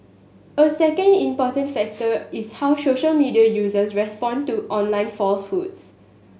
a second important factor is how social media users respond to online falsehoods